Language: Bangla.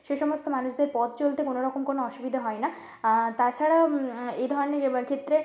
সে সমস্ত মানুষদের পথ চলতে কোনওরকম কোনও অসুবিধে হয় না তাছাড়া এ ধরনের ক্ষেত্রে